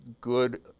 good